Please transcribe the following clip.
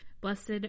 Blessed